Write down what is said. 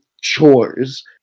chores